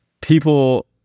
people